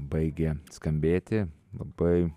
baigė skambėti labai